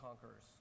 conquerors